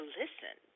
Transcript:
listen